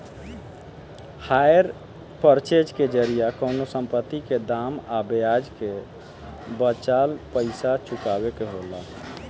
hire purchase के जरिया कवनो संपत्ति के दाम आ ब्याज के बाचल पइसा चुकावे के होला